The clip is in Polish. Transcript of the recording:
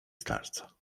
starca